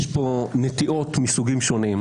יש פה נטיעות מסוגים שונים.